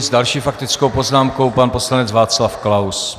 S další faktickou poznámkou, pan poslanec Václav Klaus.